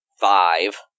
Five